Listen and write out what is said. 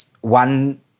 one